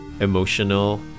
emotional